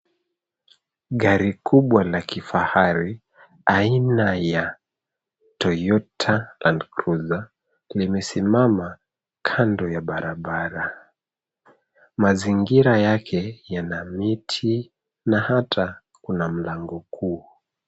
Gari kubwa la kifahari, aina ya Toyota Landcruiser limesimama kando ya barabara. Mazingira yake yana miti na hata kuna mlango kuu.